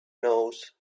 knows